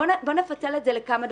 בוא נפצל את זה לכמה דברים.